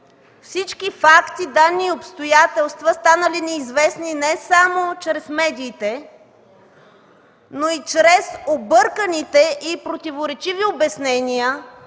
всички факти, данни и обстоятелства, станали ни известни не само чрез медиите, но и чрез обърканите и противоречиви обяснения